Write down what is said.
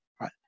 right